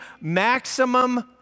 maximum